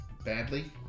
Badly